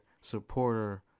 supporter